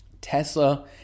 Tesla